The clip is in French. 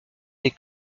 des